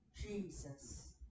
Jesus